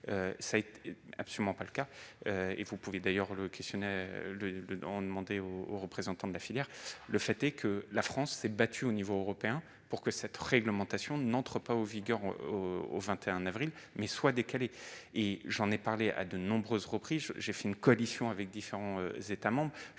Ce n'est absolument pas le cas. Vous pouvez d'ailleurs interroger les représentants de la filière à cet égard. Le fait est que la France s'est battue au niveau européen pour que cette réglementation n'entre pas en vigueur au 21 avril, mais soit décalée. J'en ai parlé à de nombreuses reprises ; j'ai fait une coalition avec différents États membres